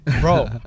Bro